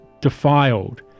defiled